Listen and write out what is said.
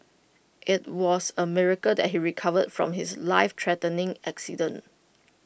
IT was A miracle that he recovered from his lifethreatening accident